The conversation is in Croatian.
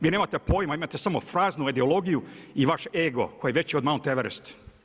Vi nemate pojma, imate samo fraznu ideologiju i vaš ego koji je veći od Mount Everest.